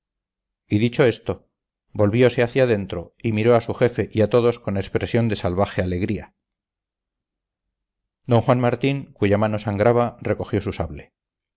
y dicho esto volviose hacia dentro y miró a su jefe y a todos con expresión de salvaje alegría d juan martín cuya mano sangraba recogió su sable